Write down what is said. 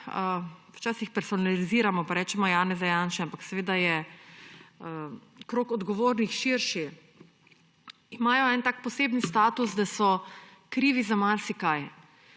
včasih personaliziramo, pa rečemo –, Janeza Janše, ampak seveda je krog odgovornih širši. Imajo tak, poseben status, da so krivi za marsikaj.